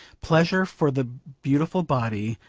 pleasure for the beautiful body,